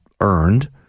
earned